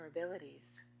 vulnerabilities